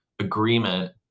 agreement